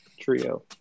trio